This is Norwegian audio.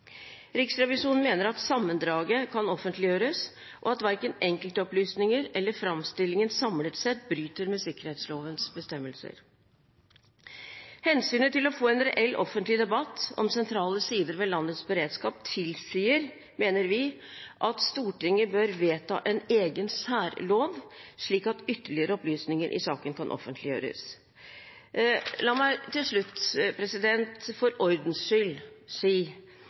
Riksrevisjonen mener at sammendraget kan offentliggjøres, og at verken enkeltopplysninger eller framstillingen samlet sett bryter med sikkerhetslovens bestemmelser. Hensynet til å få en reell offentlig debatt om sentrale sider ved landets beredskap tilsier, mener vi, at Stortinget bør vedta en egen særlov, slik at ytterligere opplysninger i saken kan offentliggjøres. La meg til slutt, for ordens skyld, si